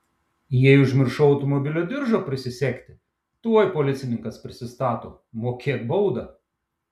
jei užmiršau automobilio diržą prisisegti tuoj policininkas prisistato mokėk baudą